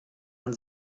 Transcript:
man